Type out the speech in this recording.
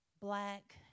black